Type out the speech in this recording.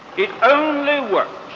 it only worked